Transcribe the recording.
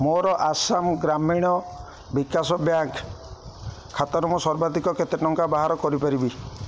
ମୋର ଆସାମ ଗ୍ରାମୀଣ ବିକାଶ ବ୍ୟାଙ୍କ୍ ଖାତାରୁ ମୁଁ ସର୍ବାଧିକ କେତେ ଟଙ୍କା ବାହାର କରିପାରିବି